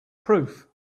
proof